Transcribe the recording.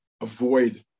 avoid